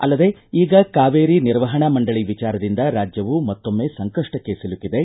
ಅಲ್ಲದೆ ಈಗ ಕಾವೇರಿ ನಿರ್ವಹಣಾ ಮಂಡಳ ವಿಚಾರದಿಂದ ರಾಜ್ಯವು ಮತ್ತೊಮ್ಮೆ ಸಂಕಪ್ಪಕ್ಕೆ ಸಿಲುಕಿದೆ